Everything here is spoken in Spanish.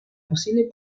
posible